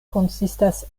konsistas